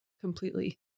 completely